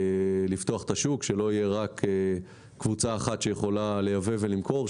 לפתוח את השוק שלא תהיה רק קבוצה אחת שיכול לייבא ולמכור.